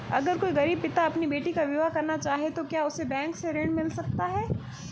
अगर कोई गरीब पिता अपनी बेटी का विवाह करना चाहे तो क्या उसे बैंक से ऋण मिल सकता है?